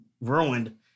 ruined